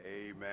Amen